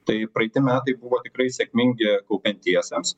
tai praeiti metai buvo tikrai sėkmingi kaupiantiesiems